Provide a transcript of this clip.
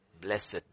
Blessed